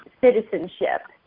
citizenship